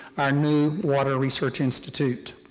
our new water research institute.